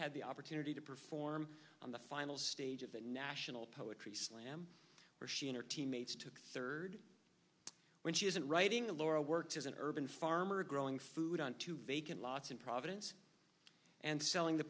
had the opportunity to perform on the final stage of the national poetry slam where she and her teammates took third when she isn't writing the laura works as an urban farmer growing food on two vacant lots in providence and selling the